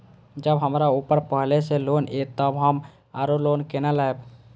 जब हमरा ऊपर पहले से लोन ये तब हम आरो लोन केना लैब?